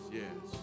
yes